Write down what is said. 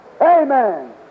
Amen